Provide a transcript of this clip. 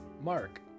Mark